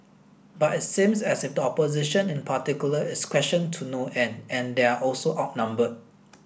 but it seems as if opposition in particular is questioned to no end and they're also outnumbered